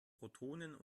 protonen